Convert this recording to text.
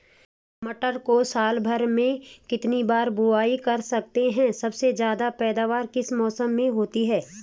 मटर को साल भर में कितनी बार बुआई कर सकते हैं सबसे ज़्यादा पैदावार किस मौसम में होती है?